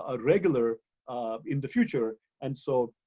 ah regular in the future. and so,